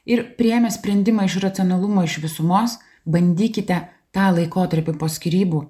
ir priėmę sprendimą iš racionalumo iš visumos bandykite tą laikotarpį po skyrybų